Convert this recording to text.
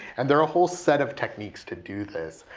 and there are a whole set of techniques to do this.